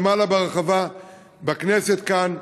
למעלה ברחבה בכנסת כאן,